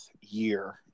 year